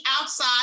outside